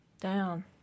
down